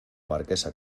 marquesa